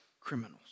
criminals